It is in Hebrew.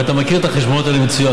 ואתה מכיר את החשבונות האלה מצוין,